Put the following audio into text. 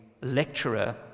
lecturer